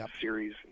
series